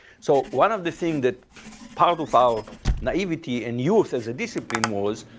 so one of the thing that paragraph our naivety in youth as a discipline was,